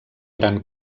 gran